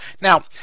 Now